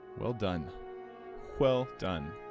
well done well done